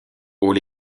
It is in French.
aux